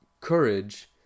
courage